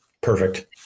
Perfect